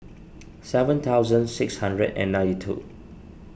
seven thousand six hundred and ninety two